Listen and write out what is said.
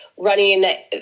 Running